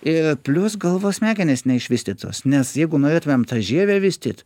ir plius galvos smegenys neišvystytos nes jeigu norėtumėm tą žievę vystyti